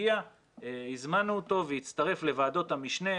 הזמנו אותו להצטרף לוועדות המשנה,